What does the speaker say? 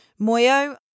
Moyo